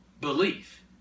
belief